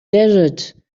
desert